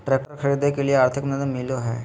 Tractor खरीदे के लिए आर्थिक मदद मिलो है?